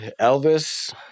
Elvis